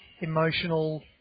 emotional